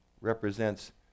represents